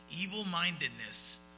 evil-mindedness